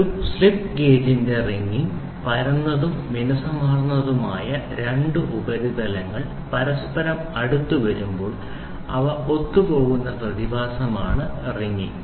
ഒരു സ്ലിപ്പ് ഗേജിന്റെ റിംഗിംഗ് പരന്നതും മിനുസമാർന്നതുമായ രണ്ട് ഉപരിതലങ്ങൾ പരസ്പരം അടുത്ത് വരുമ്പോൾ അവ ഒത്തുപോകുന്ന പ്രതിഭാസമാണ് റിംഗിംഗ്